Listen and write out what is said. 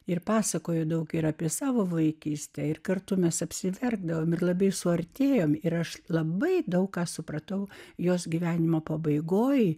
ir pasakojo daug ir apie savo vaikystę ir kartu mes apsiverkdavome ir labai suartėjome ir aš labai daug ką supratau jos gyvenimo pabaigoje